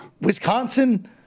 Wisconsin